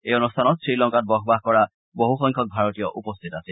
এই অনুষ্ঠানত শ্ৰীলংকাত বসবাস কৰা বহুসংখ্যক ভাৰতীয় উপস্থিত আছিল